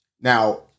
Now